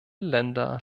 länder